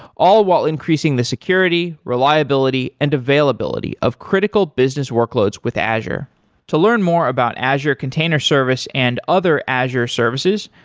all while increasing the security, reliability and availability of critical business workloads with azure to learn more about azure container service and other azure services,